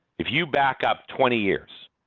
if you back-up twenty years,